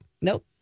Nope